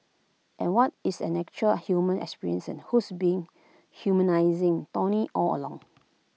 and what is an actual human experience and who's been humanising tony all along